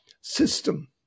system